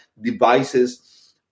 devices